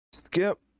Skip